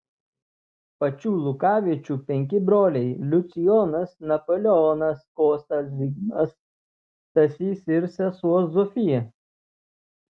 pačių lukavičių penki broliai liucijonas napoleonas kostas zigmas stasys ir sesuo zofija